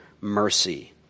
mercy